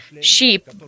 sheep